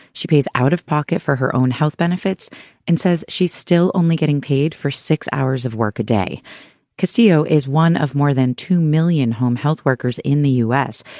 pays out of pocket for her own health benefits and says she's still only getting paid for six hours of work a day castillo is one of more than two million home health workers in the u s,